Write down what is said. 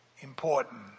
important